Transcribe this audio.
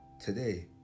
today